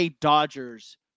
Dodgers